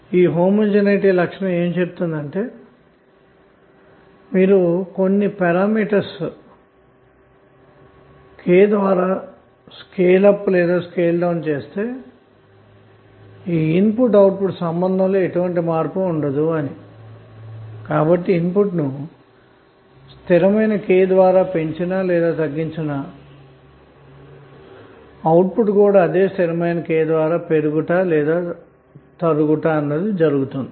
ఈ సజాతీయ లక్షణం ఏమి చెబుతుందంటే మీరు కొన్ని పారామితులు గనక K ద్వారా స్కేల్ అప్ లేదా స్కేల్ డౌన్ చేస్తే ఇన్పుట్ అవుట్పుట్ సంబందాలలో ఎటువంటి మార్పు ఉండదు కాబట్టిఇన్పుట్ ను స్థిరమైన విలువ K ద్వారా పెంచడం గాని తగ్గించడం గాని చేస్తే అవుట్పుట్ కూడా అదే స్థిరమైన విలువ K ద్వారా పెరగడం లేదా తగ్గడం జరుగుతుంది